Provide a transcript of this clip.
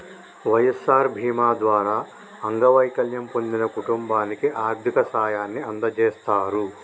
వై.ఎస్.ఆర్ బీమా ద్వారా అంగవైకల్యం పొందిన కుటుంబానికి ఆర్థిక సాయాన్ని అందజేస్తారు